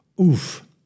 Oof